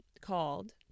called